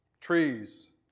trees